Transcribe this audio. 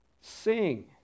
Sing